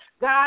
God